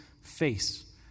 face